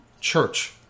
church